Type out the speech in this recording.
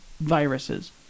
viruses